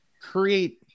create